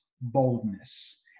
boldness